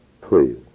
Please